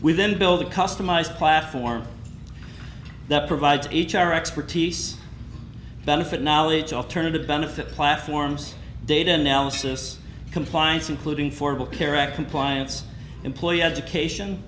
we then build a customized platform that provides h r expertise benefit knowledge alternative benefits platforms data analysis compliance including formal care act compliance employee education